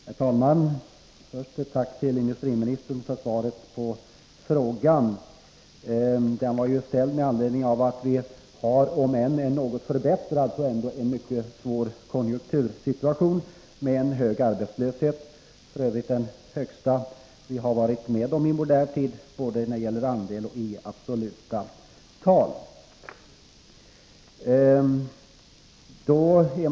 Herr talman! Först ett tack till industriministern för svaret på min fråga. Denna var ställd med anledning av att vi har en mycket svår — om än något förbättrad — konjunktursituation med en hög arbetslöshet. Det är f. ö. den högsta som vi har haft i modern tid, både i relativ andel och i absoluta tal.